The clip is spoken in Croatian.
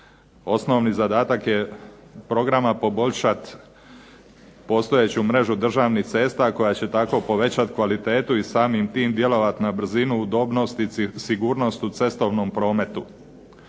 Osnovni zadatak programa je poboljšat postojeću mrežu državnih cesta koja će tako povećati kvalitetu i samim tim djelovat na brzinu, udobnost i sigurnost u cestovnom prometu.